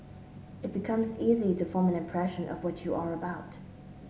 it becomes easy to form an impression of what you are about